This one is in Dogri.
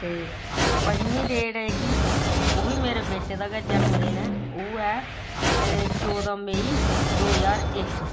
ते पंजमी डेट ऐ जेह्की ओह् बी मेरे बेटे दा गै जनम दिन ऐ ओह् ऐ चौदां मेई दो ज्हार इक